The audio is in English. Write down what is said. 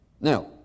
Now